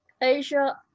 asia